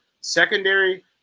secondary